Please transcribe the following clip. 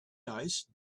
nice